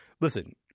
Listen